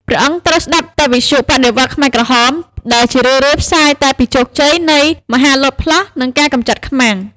ព្រះអង្គត្រូវស្ដាប់តែវិទ្យុបដិវត្តន៍ខ្មែរក្រហម ដែលជារឿយៗផ្សាយតែពីជោគជ័យនៃមហាលោតផ្លោះ និងការកម្ចាត់ខ្មាំង។